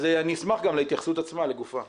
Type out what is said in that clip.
אז אני אשמח גם להתייחסות עצמה, לגופה.